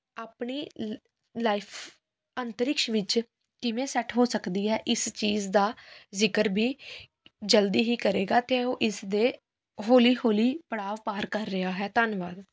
ਆਪਣੀ ਲ ਲਾਈਫ ਅੰਤਰਿਕਸ਼ ਵਿੱਚ ਕਿਵੇਂ ਸੈੱਟ ਹੋ ਸਕਦੀ ਹੈ ਇਸ ਚੀਜ਼ ਦਾ ਜ਼ਿਕਰ ਵੀ ਜਲਦੀ ਹੀ ਕਰੇਗਾ ਅਤੇ ਉਹ ਇਸ ਦੇ ਹੌਲੀ ਹੌਲੀ ਪੜਾਵ ਪਾਰ ਕਰ ਰਿਹਾ ਹੈ ਧੰਨਵਾਦ